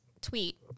tweet